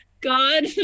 God